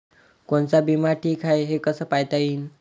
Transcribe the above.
कोनचा बिमा ठीक हाय, हे कस पायता येईन?